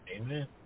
Amen